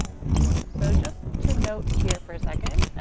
so just to note here for a second, um,